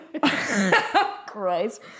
Christ